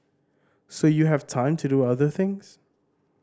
so you have time to do other things